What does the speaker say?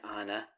Anna